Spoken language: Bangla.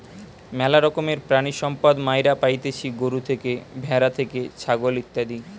ম্যালা রকমের প্রাণিসম্পদ মাইরা পাইতেছি গরু থেকে, ভ্যাড়া থেকে, ছাগল ইত্যাদি